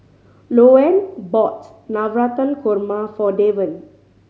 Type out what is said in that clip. Louann bought Navratan Korma for Deven